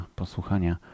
posłuchania